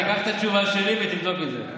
תיקח את התשובה שלי ותבדוק את זה.